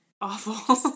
awful